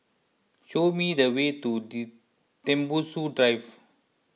show me the way to Tembusu Drive